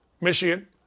Michigan